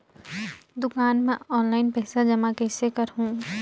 दुकान म ऑनलाइन पइसा जमा कइसे करहु?